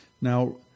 Now